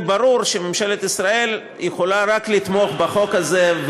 ברור שממשלת ישראל יכולה רק לתמוך בחוק הזה,